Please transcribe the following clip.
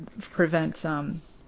prevent